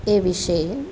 એ વિષે